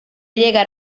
llegar